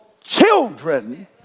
children